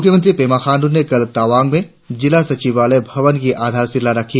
मुख्यमंत्री पेमा खाण्ड्र ने कल तवांग में जिला सचिवालय भवन कि आधारशिला रखी